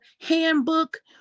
handbook